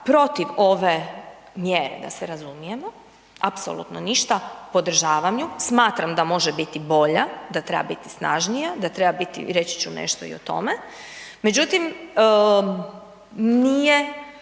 protiv ove mjere da se razumijemo, apsolutno ništa, podržavam ju, smatram da može biti bolja, da treba snažnija, da treba biti reći ću nešto i o tome, međutim, nije